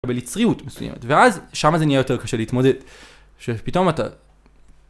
ביצריות מסוימת, ואז שם זה נהיה יותר קשה להתמודד, שפתאום אתה..